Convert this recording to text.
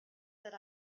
their